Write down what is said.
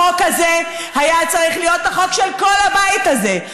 החוק הזה היה צריך להיות החוק של כל הבית הזה,